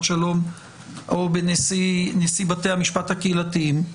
שלום או באישור נשיא בתי המשפט הקהילתיים?